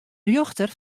rjochter